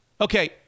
Okay